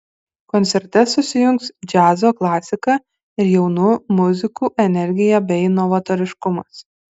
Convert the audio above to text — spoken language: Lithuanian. koncerte susijungs džiazo klasika ir jaunų muzikų energija bei novatoriškumas